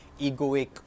egoic